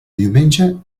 diumenge